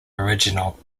original